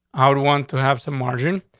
i would want to have some margin.